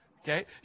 Okay